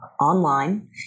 online